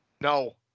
No